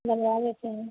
लगवा देते हैं